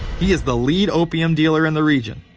he is the lead opium dealer in the region.